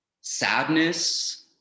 sadness